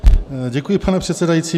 Děkuji, pane předsedající.